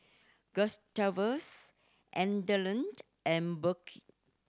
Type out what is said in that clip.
Gustavus Adelard and Burke